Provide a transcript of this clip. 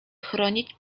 chronić